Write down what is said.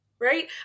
right